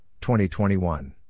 2021